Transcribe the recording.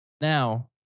Now